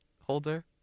holder